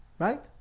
Right